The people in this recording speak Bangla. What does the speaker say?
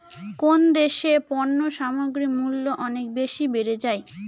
কোন দেশে পণ্য সামগ্রীর মূল্য অনেক বেশি বেড়ে যায়?